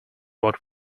what